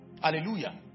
Hallelujah